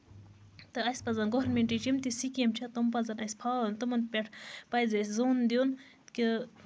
تہٕ اَسہِ پَزِ گورمینٹٔچ یِم تہِ سِکیٖمہٕ چھےٚ تِم پَزَن اَسہِ ہاو تِمن پیٚٹھ پَزِ اَسہِ ظۅن دیُن کہِ